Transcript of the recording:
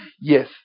Yes